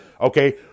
okay